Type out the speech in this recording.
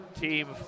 team